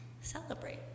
celebrate